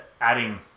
adding